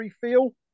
feel